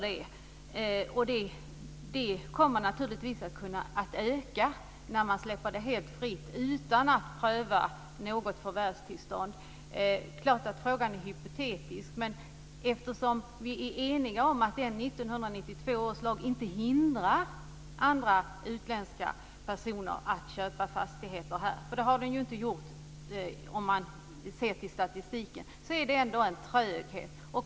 Det kommer naturligtvis att kunna öka när man släpper det helt fritt utan att kräva något förvärvstillstånd. Frågan är naturligtvis hypotetisk. Vi är eniga om att 1992 års lag inte hindrar utländska personer att köpa fastigheter här - det har det inte gjort när man ser på statistiken. Men den innebär ändå en tröghet.